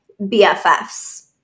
BFFs